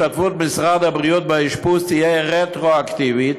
השתתפות משרד הבריאות באשפוז תהיה רטרואקטיבית,